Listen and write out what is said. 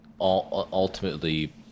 ultimately